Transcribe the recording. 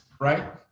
right